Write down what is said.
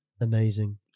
amazing